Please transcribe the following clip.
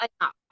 enough